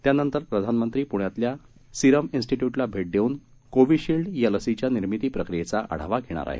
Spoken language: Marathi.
त्यानंतर प्रधानमंत्री प्ण्यातल्या सीरम इन्स्टीट्य्टला भेट देऊन कोविशील्ड या लसीच्या निर्मिती प्रक्रियेचा आढावा घेणार आहेत